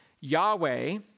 Yahweh